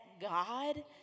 God